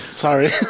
Sorry